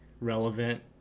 relevant